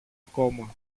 ακόμα